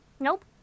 Nope